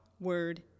word